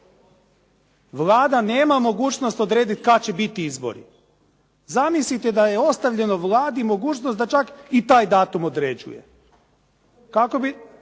Vlada nema mogućnost odrediti kad će biti izbori. Zamislite da je ostavljeno Vladi mogućnost da čak i taj datum određuje. Kako bi